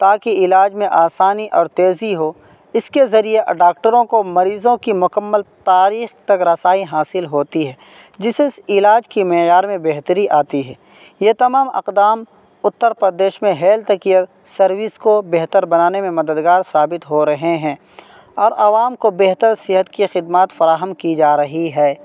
تاکہ علاج میں آسانی اور تیزی ہو اس کے ذریعے ڈاکٹروں کو مریضوں کی مکمل تاریخ تک رسائی حاصل ہوتی ہے جس سے علاج کے معیار میں بہتری آتی ہے یہ تمام اقدام اتر پردیش میں ہیلتھ کیئر سروس کو بہتر بنانے میں مددگار ثابت ہو رہے ہیں اور عوام کو بہتر صحت کے خدمات فراہم کی جا رہی ہے